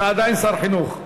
אתה עדיין שר חינוך.